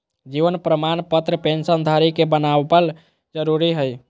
जीवन प्रमाण पत्र पेंशन धरी के बनाबल जरुरी हइ